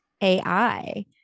AI